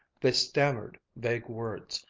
they stammered vague words,